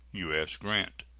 u s. grant.